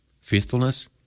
faithfulness